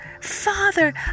Father